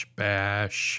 bash